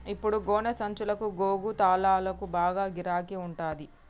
ఇప్పుడు గోనె సంచులకు, గోగు తాళ్లకు బాగా గిరాకి ఉంటంది